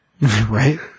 Right